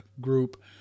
group